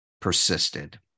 persisted